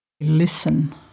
Listen